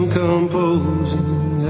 composing